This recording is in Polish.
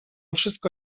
wszystko